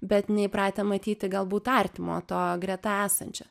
bet neįpratę matyti galbūt artimo to greta esančio